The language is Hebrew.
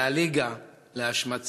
אלא מהליגה נגד השמצה.